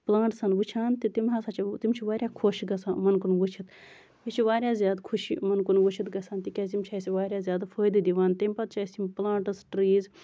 پٔلانٹٔسَن وٕچھان تِم ہسا چھِ تِم چھِ واریاہ خۄش گژھان یِمَن کُن وٕچھِتھ مےٚ چھِ واریاہ زیادٕ خُشی یِمَن کُن وٕچھِتھ گژھان تِکیازِ یِم چھِ اَسہِ واریاہ زیادٕ فٲیدٕ دوان تَمہِ پَتہٕ چھِ اَسہِ یِم پٔلانٹٔس ٹریٖز